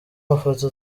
mafoto